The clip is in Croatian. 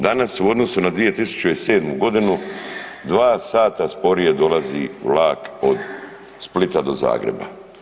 Danas u odnosu na 2007. godinu 2 sata sporije dolazi vlak od Splita do Zagreba.